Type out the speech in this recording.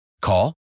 Call